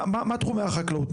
מה תחומי החקלאות?